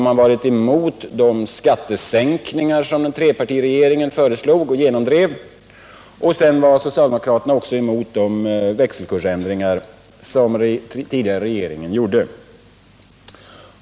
Man var emot de skattesänkningar som trepartiregeringen föreslog och genomdrev. Socialdemokraterna var också emot de växelkursändringar som den tidigare regeringen genomförde.